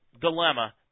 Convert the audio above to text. dilemma